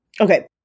okay